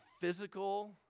physical